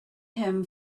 him